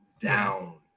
down